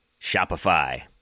Shopify